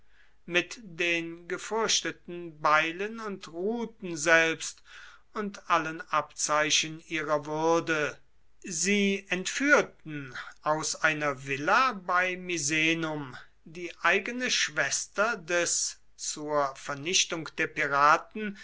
mit den gefürchteten beilen und ruten selbst und allen abzeichen ihrer würde sie entführten aus einer villa bei misenum die eigene schwester des zur vernichtung der piraten